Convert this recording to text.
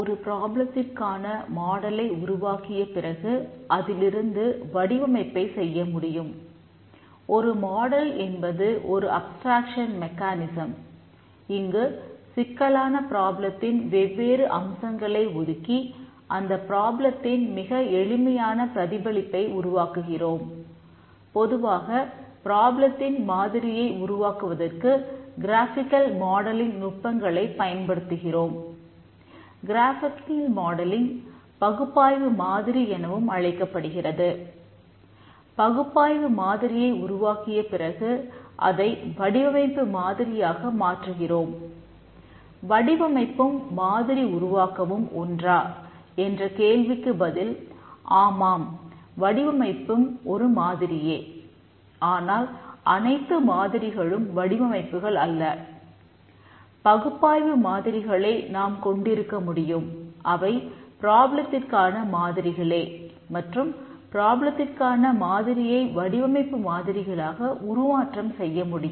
ஒரு ப்ராப்ளத்திற்கான மாதிரியை வடிவமைப்பு மாதிரிகளாக உருமாற்றம் செய்ய முடியும்